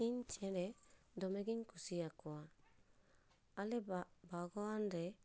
ᱤᱧ ᱪᱮᱬᱮ ᱫᱚᱢᱮᱜᱮᱧ ᱠᱩᱥᱤᱣᱟᱠᱚᱣᱟ ᱟᱞᱮ ᱵᱟ ᱵᱟᱜᱽᱣᱟᱱ ᱨᱮ